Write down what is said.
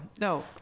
no